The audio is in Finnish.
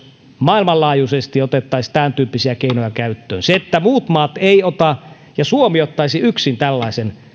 maailmanlaajuisesti otettaisiin tämäntyyppisiä keinoja käyttöön se että muut maat eivät ota ja suomi ottaisi yksin tällaisen käyttöön